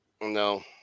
No